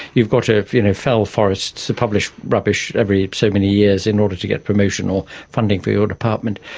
you've got to you know fell forests to publish rubbish every so many years in order to get promotion or funding for your department,